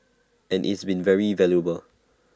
and it's been very valuable